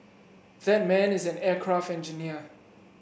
that man is an aircraft engineer